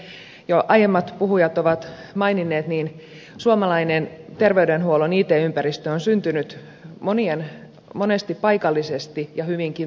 kuten jo aiemmat puhujat ovat maininneet suomalainen terveydenhuollon it ympäristö on syntynyt monesti paikallisesti ja hyvinkin tuottajavetoisesti